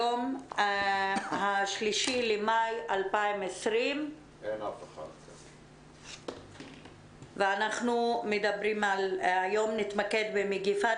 היום ה-3 במאי 2020. היום נתמקד במגיפת